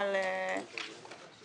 אתם מאשרים אותם על-פי